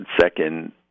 Second